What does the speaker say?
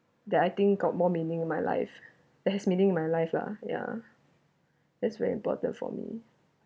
that I think got more meaning in my life that has meaning in my life lah yeah that's very important for me